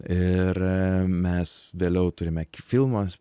ir mes vėliau turime filmas